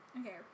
Okay